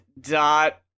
dot